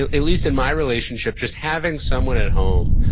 ah at least, in my relationship, just having someone at home,